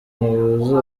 bwuzuye